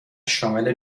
شامل